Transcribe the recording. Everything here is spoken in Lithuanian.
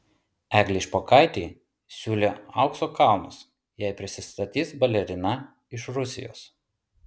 eglei špokaitei siūlė aukso kalnus jei prisistatys balerina iš rusijos